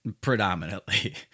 predominantly